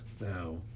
Now